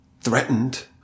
threatened